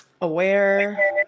aware